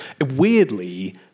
Weirdly